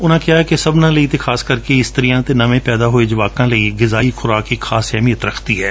ਉਨੂਾ ਕਿਹਾ ਕਿ ਸਭਨਾ ਲਈ ਅਤੇ ਖਾਸ ਕਰਕੇ ਇਸਤਰੀਆਂ ਅਤੇ ਨਵੇਂ ਪੈਦਾ ਹੋਏ ਜਵਾਨਾਂ ਲਈ ਗਿਜ਼ਾਈ ਖੁਰਾਕ ਇਕ ਖਾਸ ਅਹਿਮਿਅਤ ਰਖਦੀ ਏ